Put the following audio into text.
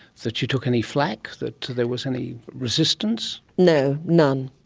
that you took any flak, that there was any resistance? no, none.